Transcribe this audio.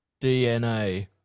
DNA